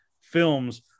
films